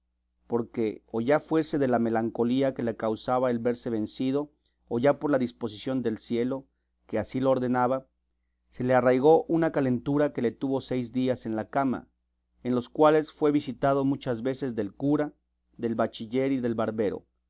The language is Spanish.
porque o ya fuese de la melancolía que le causaba el verse vencido o ya por la disposición del cielo que así lo ordenaba se le arraigó una calentura que le tuvo seis días en la cama en los cuales fue visitado muchas veces del cura del bachiller y del barbero